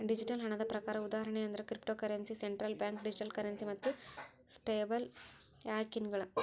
digital ಹಣದ ಪ್ರಕಾರ ಉದಾಹರಣಿ ಅಂದ್ರ cryptocurrency, central bank digital currency ಮತ್ತ ಸ್ಟೇಬಲ್ಕಾಯಿನ್ಗಳ